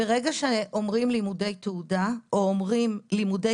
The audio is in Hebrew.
ברגע שאומרים 'לימודי תעודה' או אומרים 'לימודים